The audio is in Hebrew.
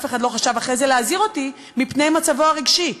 אף אחד לא חשב אחרי זה להזהיר אותי מפני מצבו הרגשי,